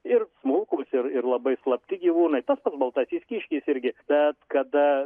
ir smulkūs ir ir labai slapti gyvūnai tas baltasis kiškis irgi bet kada